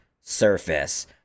surface